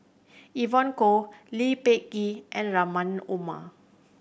Evon Kow Lee Peh Gee and Rahim Omar